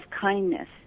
kindness